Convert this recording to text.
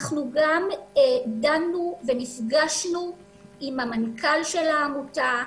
אנחנו גם דנו ונפגשנו עם המנכ"ל של העמותה,